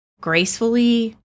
gracefully